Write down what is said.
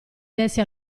desse